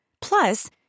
Plus